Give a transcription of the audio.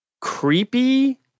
creepy